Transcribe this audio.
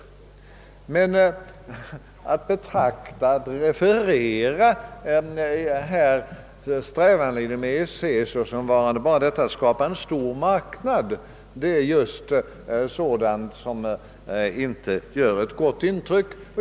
Men att referera strävandena inom EEC som om de bara skulle gälla att skapa en stor marknad är just sådant som inte gör ett gott intryck.